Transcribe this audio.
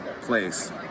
place